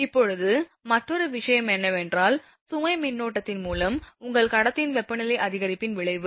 இப்போது மற்றொரு விஷயம் என்னவென்றால் சுமை மின்னோட்டத்தின் மூலம் உங்கள் கடத்தியின் வெப்பநிலை அதிகரிப்பின் விளைவு